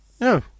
No